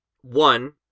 one